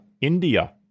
India